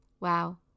Wow